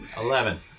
Eleven